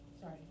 Sorry